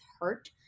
hurt